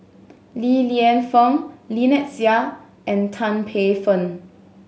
Li Lienfung Lynnette Seah and Tan Paey Fern